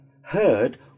heard